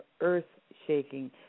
earth-shaking